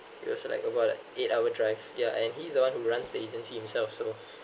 you also like about the eight hour drive ya and he's the one who runs agency himself so